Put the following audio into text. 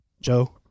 Joe